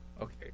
Okay